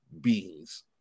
beings